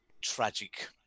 tragic